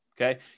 okay